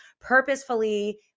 purposefully